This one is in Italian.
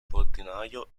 portinaio